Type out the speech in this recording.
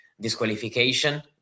disqualification